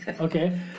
Okay